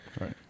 right